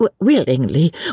Willingly